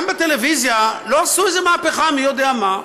גם בטלוויזיה לא עשו איזו מהפכה מי יודע מה.